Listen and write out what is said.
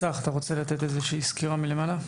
צח, אתה רוצה לתת איזושהי סקירה מלמעלה?